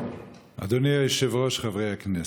אדוני היושב-ראש, חברי הכנסת,